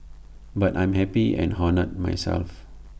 but I'm happy and honoured myself